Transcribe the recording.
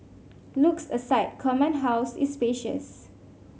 looks aside Command House is spacious